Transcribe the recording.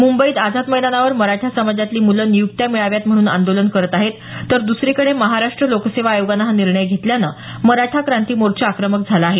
मुंबईत आझाद मैदानावर मराठा समाजातली मुलं नियुक्त्या मिळाव्यात म्हणून आंदोलन करत आहेत तर द्रसरीकडे महाराष्ट्र लोकसेवा आयोगानं हा निर्णय घेतल्याने मराठा क्रांती मोर्चा आक्रमक झाला आहे